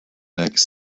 next